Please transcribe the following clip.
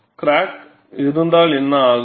crack இருந்தால் என்ன ஆகும்